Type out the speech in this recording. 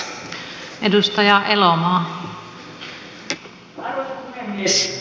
arvoisa puhemies